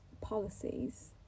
policies